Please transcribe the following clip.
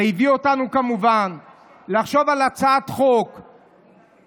זה הביא אותנו, כמובן, לחשוב על הצעת חוק מידתית,